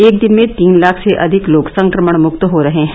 एक दिन में तीन लाख से अधिक लोग संक्रमण मुक्त हो रहे हैं